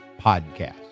podcast